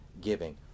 giving